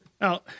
Now